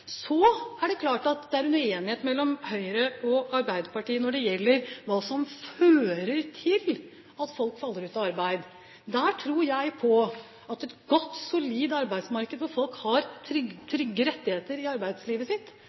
Så er det klart at det er en uenighet mellom Høyre og Arbeiderpartiet om hva som fører til at folk faller ut av arbeidslivet. Der tror jeg at et godt, solid arbeidsmarked hvor folk har trygge rettigheter,